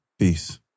Peace